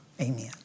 Amen